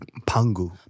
Pangu